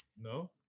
No